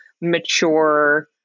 mature